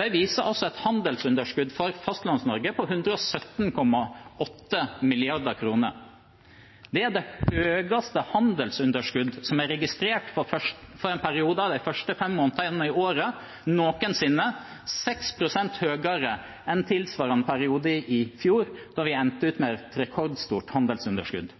De viser et handelsunderskudd for Fastlands-Norge på 117,8 mrd. kr. Det er det største handelsunderskuddet som er registrert for de fem første månedene i året noensinne, og 6 pst. større enn tilsvarende periode i fjor, da vi endte med et rekordstort handelsunderskudd.